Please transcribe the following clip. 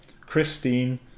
Christine